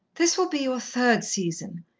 this will be your third season,